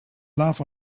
laugh